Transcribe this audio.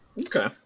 Okay